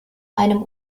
einem